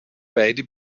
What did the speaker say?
beide